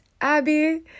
Abby